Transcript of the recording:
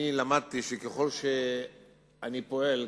למדתי שככל שאני פועל,